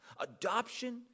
adoption